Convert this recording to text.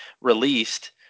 released